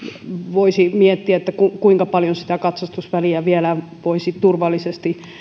voisi miettiä kuinka paljon sitä katsastusväliä vielä voisi turvallisesti